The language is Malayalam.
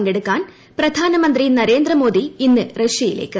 പങ്കെടുക്കാൻ പ്രധാനമന്ത്രി നരേന്ദ്രമോദ്യി ഇന്ന് റഷ്യയിലേക്ക്